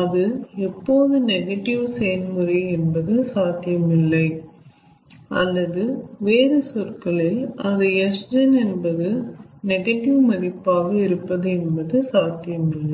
அது எப்போது நெகடிவ் செயல்முறை என்பது சாத்தியமில்லை அல்லது வேறு சொற்களில் அது Sgen என்பது நெகடிவ் மதிப்பாக இருப்பது என்பது சாத்தியம் இல்லை